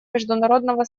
международного